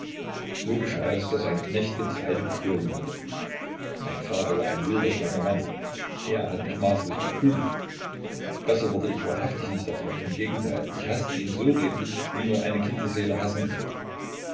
so geschah es daß ein knecht getreide gestohlen hatte mein vater war ein wilder strenger mann er hat mich maßlos geprügelt besser wurde ich wahrhaftig nicht davon im gegenteil ich haßte ihn so redlich wie nur eine kinderseele hassen kann